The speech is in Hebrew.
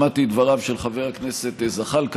שמעתי את דבריו של חבר הכנסת זחאלקה.